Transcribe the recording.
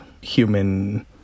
human